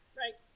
right